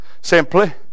Simply